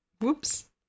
Whoops